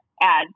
add